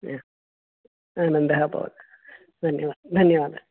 आनन्दः अभवत् धन्यवादः धन्यवादः